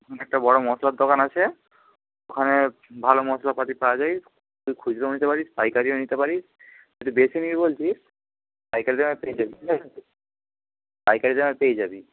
ওখানে একটা বড়ো মশলার দোকান আছে ওখানে ভালো মশলাপাতি পায়া যায় তুই খুচরোও নিতে পারিস পাইকারিও নিতে পারিস একটু বেশি নিবি বলছিস পাইকারি দামে পেয়ে যাবি ঠিক আছে পাইকারি দামে পেয়ে যাবি